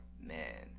man